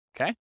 Okay